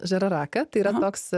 žararaka tai yra toks